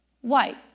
white